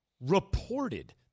reported